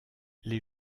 les